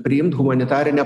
priimt humanitarinę